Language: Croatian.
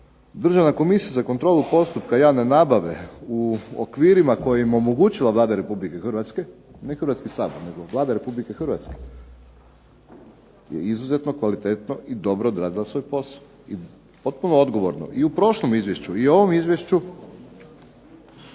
Državna komisija za kontrolu postupaka javne nabave u okvirima kojima je omogućila Vlada Republike Hrvatske ne Hrvatski sabor, nego Vlada Republike Hrvatske je izuzetno i kvalitetno odradila svoj posao i potpuno odgovorno. I u ovom izvješću i prošlom izvješću